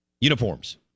uniforms